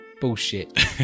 Bullshit